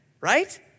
right